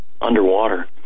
underwater